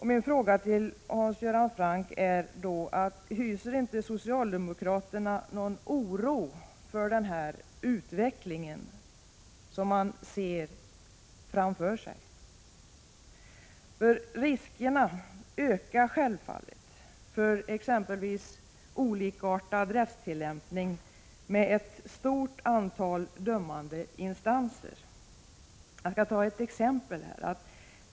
Min fråga till Hans Göran Franck är: Hyser inte socialdemokraterna någon oro för den här utvecklingen, som man ser framför sig? För riskerna ökar självfallet för exempelvis olikartad rättstillämpning med ett stort antal dömande instanser. Jag skall ta ett exempel.